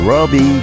Robbie